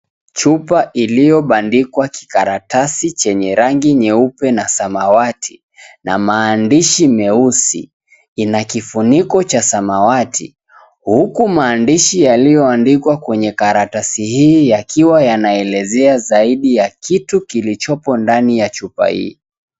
Chupa iliyobandikwa kikaratasi chenye rangi nyeupe na samawati na maandishi meusi ina kifuniko cha samawati huku maandishi yaliyoandikwa kwenye kikaratasi hii yakiwa yanaelezea zaidi ya kitu kilichopo ndani ya chupa hii.